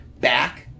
back